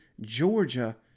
Georgia